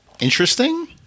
interesting